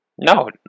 No